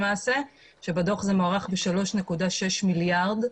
בדוח זה מוערך ב-3.6 מיליארד,